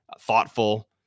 thoughtful